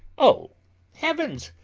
o heavens!